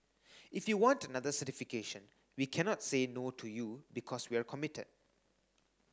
if you want another certification we cannot say no to you because we're committed